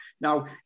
Now